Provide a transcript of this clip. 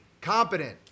competent